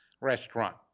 Restaurant